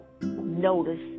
notice